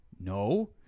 no